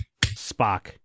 Spock